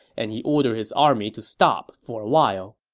and he ordered his army to stop for a while